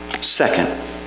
Second